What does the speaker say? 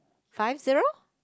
five zero